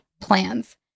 PLANS